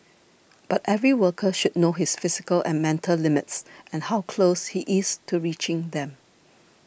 but every worker should know his physical and mental limits and how close he is to reaching them